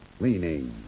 cleaning